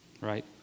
right